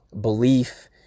belief